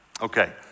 Okay